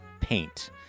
paint